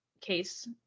case